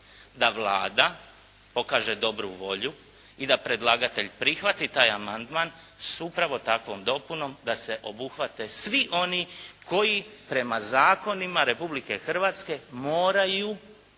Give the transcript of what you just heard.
da Vlada pokaže dobru volju i da predlagatelj prihvati taj amandman s upravo takvom dopunom da se obuhvate svi oni koji prema zakonima Republike Hrvatske moraju